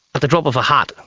at the drop of a hat,